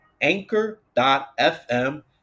anchor.fm